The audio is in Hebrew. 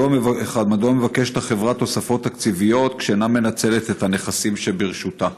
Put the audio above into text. מדוע מבקשת החברה תוספות תקציביות כשאינה מנצלת את הנכסים שברשותה?